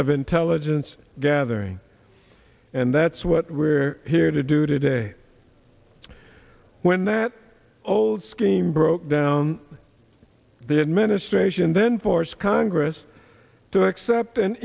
of intelligence gathering and that's what we're here to do today when that old scheme broke down the administration then force congress to accept an